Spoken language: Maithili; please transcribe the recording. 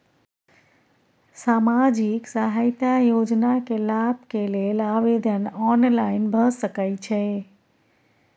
सामाजिक सहायता योजना के लाभ के लेल आवेदन ऑनलाइन भ सकै छै?